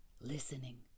listening